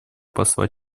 посла